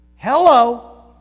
Hello